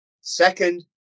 Second